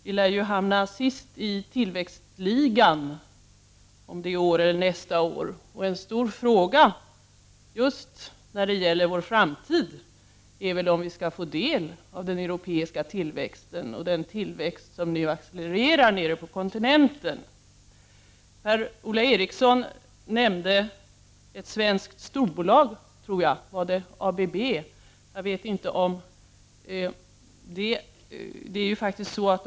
Men vi lär hamna sist i tillväxtligan i år eller nästa år. En stor fråga just när det gäller vår framtid är väl om vi skall få del av den europeiska tillväxten och den tillväxt som nu accelererar nere på kontinenten. Per-Ola Eriksson nämnde ett svenskt storbolag. Jag tror att det var ABB.